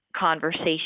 conversation